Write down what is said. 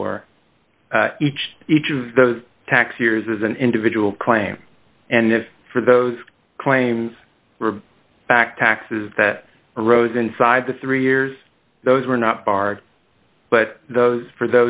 for each each of those tax years as an individual claim and then for those claims were back taxes that arose inside the three years those were not barred but those for